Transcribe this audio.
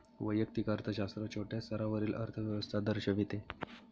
वैयक्तिक अर्थशास्त्र छोट्या स्तरावरील अर्थव्यवस्था दर्शविते